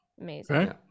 Amazing